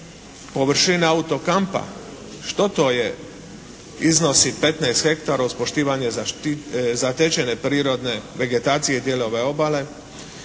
površini autokampa, što to je iznosi 15 hektara uz poštivanje zatečene prirodne vegetacije i dijelove obale.